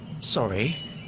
sorry